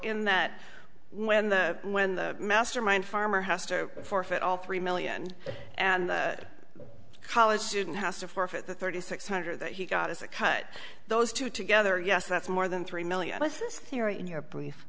in that when the when the mastermind farmer has to forfeit all three million and a college student has to forfeit the thirty six hundred that he got as a cut those two together yes that's more than three million this is theory in you